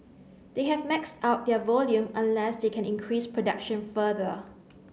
they have maxed out their volume unless they can increase production further